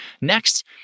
Next